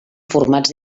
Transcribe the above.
formats